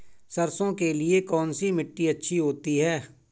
सरसो के लिए कौन सी मिट्टी अच्छी होती है?